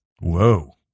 Whoa